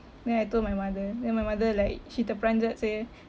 then I told my mother then my mother like she terperanjat say